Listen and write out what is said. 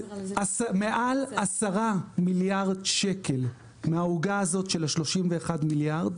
מעל 10 מיליארד שקלים מהעוגה הזאת של ה-31 מיליארד,